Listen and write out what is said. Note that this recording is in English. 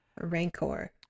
Rancor